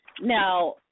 Now